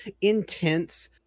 intense